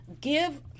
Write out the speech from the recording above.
give